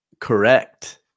correct